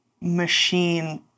machine